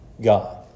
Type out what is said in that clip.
God